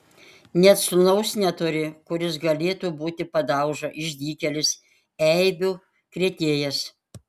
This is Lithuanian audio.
net sūnaus neturi kuris galėtų būti padauža išdykėlis eibių krėtėjas